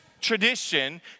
tradition